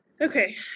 Okay